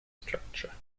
structure